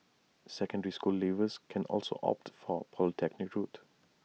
secondary school leavers can also opt for the polytechnic route